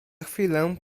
chwilę